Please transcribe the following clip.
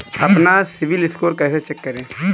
अपना CIBIL score कैसे check करें?